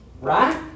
Right